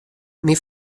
myn